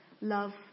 love